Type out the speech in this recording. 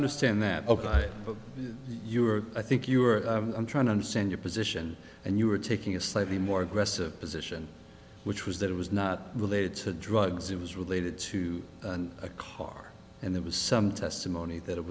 understand that ok you were i think you were i'm trying to understand your position and you were taking a slightly more aggressive position which was that it was not related to drugs it was related to a car and there was some testimony that it